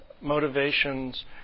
motivations